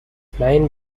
main